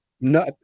no